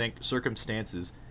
circumstances